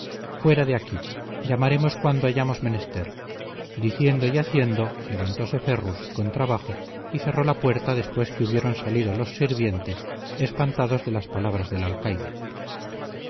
fuera de aquí llamaremos cuando hayamos menester diciendo y haciendo levantóse ferrus con trabajo y cerró la puerta después que hubieron salido los sirvientes espantados de las palabras del alcaide